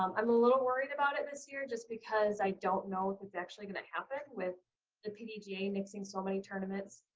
um i'm a little worried about it this year just because i don't know if it's actually going to happen with the pdga mixing so many tournaments.